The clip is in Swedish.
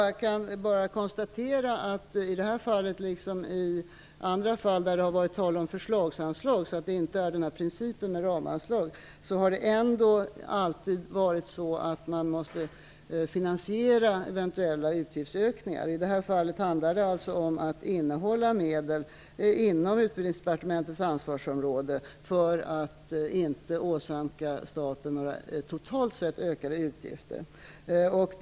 Jag kan bara konstatera att man i det här fallet, liksom i andra fall där det har varit tal om förslagsanslag -- då inte principen med ramanslag gäller -- ändå alltid har varit tvungen att finansiera eventuella utgiftsökningar. I det här fallet handlar det alltså om att innehålla medel inom Utbildningsdepartementets ansvarsområde för att inte åsamka staten några ökade utgifter totalt sett.